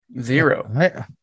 Zero